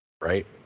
right